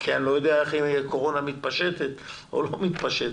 כי אני לא יודע איך קורונה מתפשטת או לא מתפשטת.